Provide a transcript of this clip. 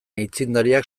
aitzindariak